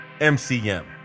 MCM